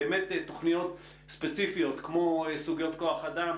באמת תוכניות ספציפיות כמו סוגיות כוח אדם,